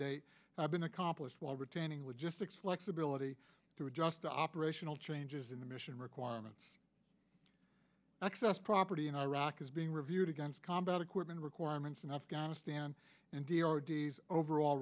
have been accomplished while retaining logistics flexibility to adjust to operational changes in the mission requirements access property in iraq is being reviewed against combat equipment requirements in afghanistan and